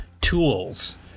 tools